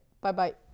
bye-bye